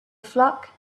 flock